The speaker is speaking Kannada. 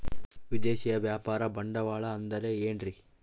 ವಿದೇಶಿಯ ವ್ಯಾಪಾರ ಬಂಡವಾಳ ಅಂದರೆ ಏನ್ರಿ?